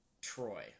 Troy